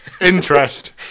interest